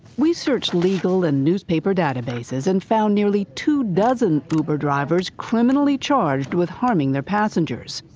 we searched legal and newspaper databases and found nearly two dozen uber drivers criminally charged with harming their passengers.